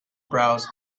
browsed